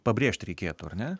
pabrėžti reikėtų ar ne